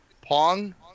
Pong